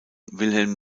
wilhelm